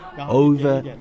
over